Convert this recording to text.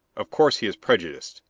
of course he is prejudiced,